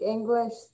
English